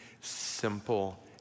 simple